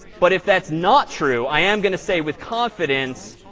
but if that's not true, i am going to say with confidence,